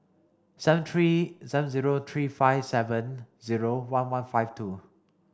seven three seven zero three five seven zero one one five two